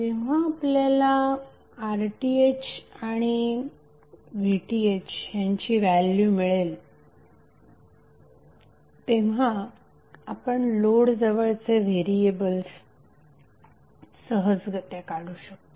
जेव्हा आपल्याला RThआणि VThयांची व्हॅल्यू मिळेल तेव्हा आपण लोड जवळचे व्हेरिएबल्स सहजगत्या काढू शकतो